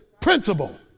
principle